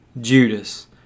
Judas